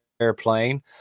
airplane